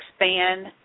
expand